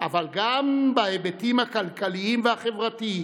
אבל גם בהיבטים הכלכליים והחברתיים: